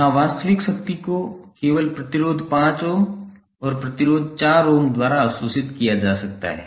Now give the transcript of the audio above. यहां वास्तविक शक्ति को केवल प्रतिरोध 5 ओम और प्रतिरोध 4 ओम द्वारा अवशोषित किया जा सकता है